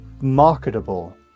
marketable